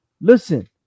Listen